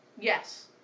Yes